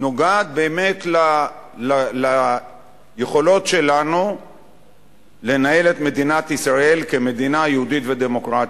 נוגעת באמת ליכולות שלנו לנהל את מדינת ישראל כמדינה יהודית ודמוקרטית.